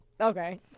Okay